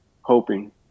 hoping